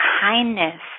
kindness